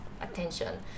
attention